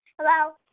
Hello